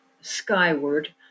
skyward